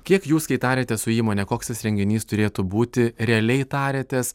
kiek jūs kai tariatės su įmone koks tas renginys turėtų būti realiai tariatės